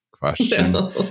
question